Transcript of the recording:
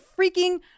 freaking